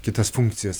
kitas funkcijas